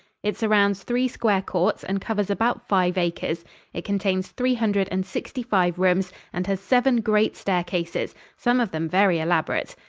it surrounds three square courts and covers about five acres it contains three hundred and sixty-five rooms and has seven great staircases, some of them very elaborate.